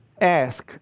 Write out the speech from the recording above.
ask